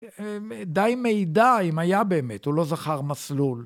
די מידע אם היה באמת, הוא לא זכר מסלול.